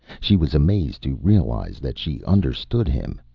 she was amazed to realize that she understood him.